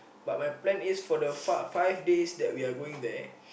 but my plan is for the five five days that we are going there